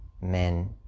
men